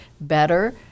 better